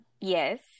Yes